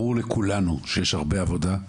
ברור לכולנו שיש הרבה עבודה.